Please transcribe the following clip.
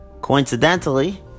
coincidentally